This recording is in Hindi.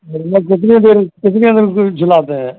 इसमें कितने देरी कितने देर तक झूलाते हैं